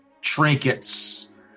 trinkets